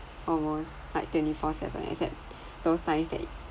almost like twenty four seven except those times that